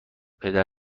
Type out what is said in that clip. پدر